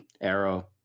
Arrow